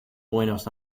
buenos